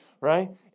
Right